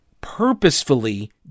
purposefully